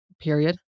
period